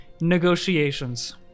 negotiations